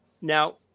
Now